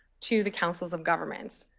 to the councils of governments.